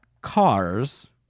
cars